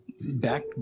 back